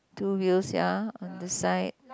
two wheels ya on the side